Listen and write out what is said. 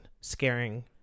scaring